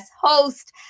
host